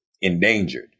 endangered